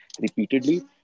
repeatedly